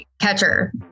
catcher